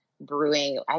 brewing